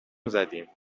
زدیم